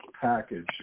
package